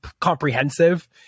comprehensive